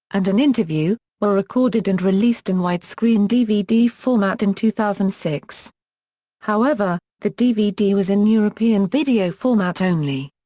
and an interview, were recorded and released in wide-screen dvd format in two thousand and six however, the dvd was in european video format only.